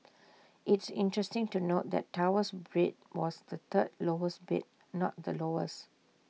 it's interesting to note that Tower's bid was the third lowest bid not the lowest